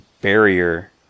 barrier